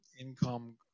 income